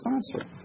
sponsor